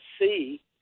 see